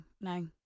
No